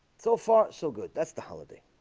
so far so good. that's the holiday